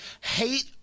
Hate